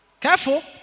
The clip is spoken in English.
Careful